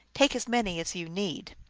take as many as you need.